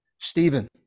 Stephen